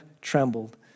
trembled